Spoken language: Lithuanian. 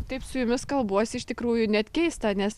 taip su jumis kalbuosi iš tikrųjų net keista nes